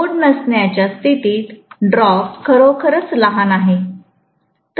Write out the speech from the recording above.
load नसण्याच्या स्थितीत drop खरोखरच लहान आहे